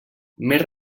més